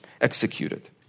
executed